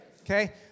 Okay